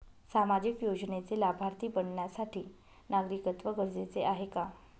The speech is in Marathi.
सामाजिक योजनेचे लाभार्थी बनण्यासाठी नागरिकत्व गरजेचे आहे का?